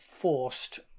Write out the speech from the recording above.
forced